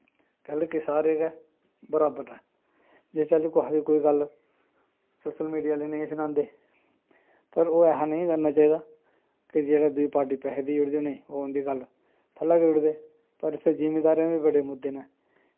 पैह्लें ते सारे गै बराबर न जिस चाली कुसै दी कोई गल्ल सोशल मीडिया आह्ले नेईं सनांदे पर ओह् ऐसा नेईं करना चाहिदा कि जेह्ड़ी दूई पार्टी पैहे देई ओड़दी ओह् उं'दी गल्ल थल्लै करी ओड़दे पर फिर जिमीदारें दे बी बड़े मुद्दे न